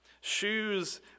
Shoes